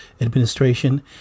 administration